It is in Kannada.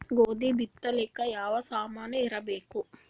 ಗೋಧಿ ಬಿತ್ತಲಾಕ ಯಾವ ಸಾಮಾನಿರಬೇಕು?